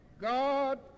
God